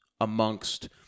amongst